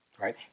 Right